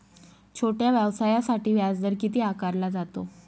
छोट्या व्यवसायासाठी व्याजदर किती आकारला जातो?